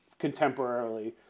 contemporarily